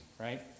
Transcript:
right